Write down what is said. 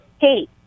hey